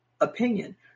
opinion